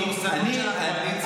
הדורסנות של הקואליציה,